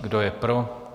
Kdo je pro?